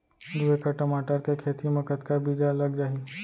दू एकड़ टमाटर के खेती मा कतका बीजा लग जाही?